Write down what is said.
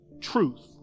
truth